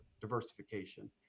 diversification